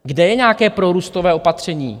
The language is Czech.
Kde je nějaké prorůstové opatření?